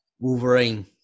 Wolverine